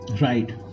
Right